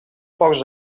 pocs